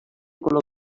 color